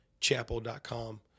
chapel.com